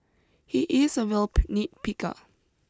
he is a real nitpicker